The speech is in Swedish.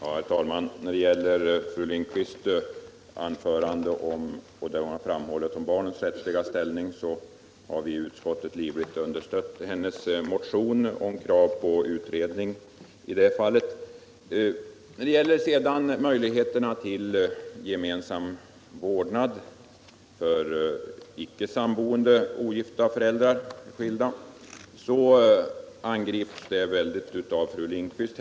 Herr talman! Med anledning av vad fru Lindquist sade om barnets rättsliga ställning vill jag framhålla att vi i utskottet livligt understött hennes motion om krav på utredning. Möjligheterna till gemensam vårdnad för icke samboende skilda eller ogifta föräldrar angrips starkt av fru Lindquist.